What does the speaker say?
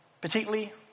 particularly